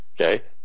Okay